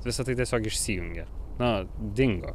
visa tai tiesiog išsijungė nu dingo